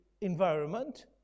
environment